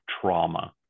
trauma